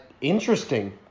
interesting